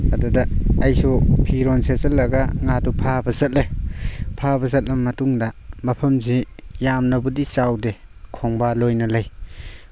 ꯑꯗꯨꯗ ꯑꯩꯁꯨ ꯐꯤꯔꯣꯜ ꯁꯦꯠꯆꯤꯟꯂꯒ ꯉꯥꯗꯨ ꯐꯥꯕ ꯆꯠꯂꯦ ꯐꯥꯕ ꯆꯠꯂꯕ ꯃꯇꯨꯡꯗ ꯃꯐꯝꯁꯤ ꯌꯥꯝꯅꯕꯨꯗꯤ ꯆꯥꯎꯗꯦ ꯈꯣꯡꯕꯥꯜ ꯑꯣꯏꯅ ꯂꯩ